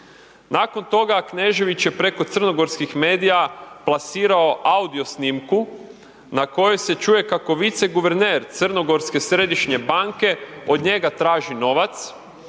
Nakon toga Knežević je preko crnogorskih medija plasirao audio snimku na kojoj se čuje kako viceguverner crnogorske Središnje banke od njega traži novac